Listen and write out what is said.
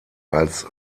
als